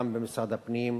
גם במשרד הפנים,